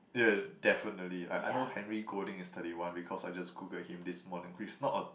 yeah definitely like I know Henry Golding is thirty one because I just Googled him this morning who is not a